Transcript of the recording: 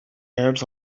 arabs